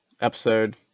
Episode